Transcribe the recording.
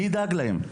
מי ידאגן להן?